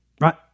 Right